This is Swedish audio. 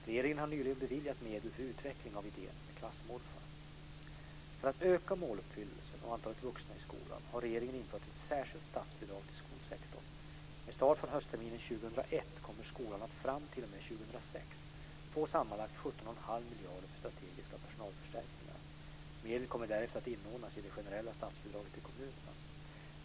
Regeringen har nyligen beviljat medel för utveckling av idén med klassmorfar. För att öka måluppfyllelsen och antalet vuxna i skolan har regeringen infört ett särskilt statsbidrag till skolsektorn. Med start från höstterminen 2001 kommer skolan att fram t.o.m. 2006 få sammanlagt 17,5 Medlen kommer därefter att inordnas i det generella statsbidraget till kommunerna.